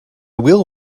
wheel